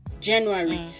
January